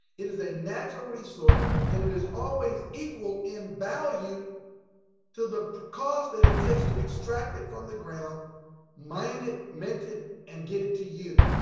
it is a natural resource and it is always equal in value to the cost that it takes to extract it from the ground mine it, mint it and get it to you.